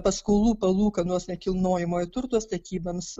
paskolų palūkanos nekilnojamojo turto statyboms